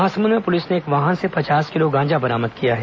महासमुंद में पुलिस ने एक वाहन से पचास किलो गांजा बरामद किया है